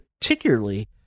particularly